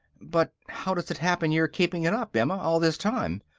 but how does it happen you're keepin' it up, emma, all this time?